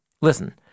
Listen